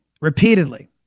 repeatedly